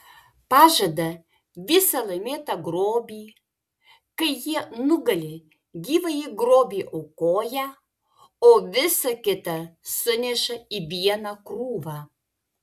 pažada visą laimėtą grobį kai jie nugali gyvąjį grobį aukoja o visa kita suneša į vieną krūvą